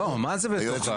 לא, מה זה בתוך?